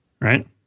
Right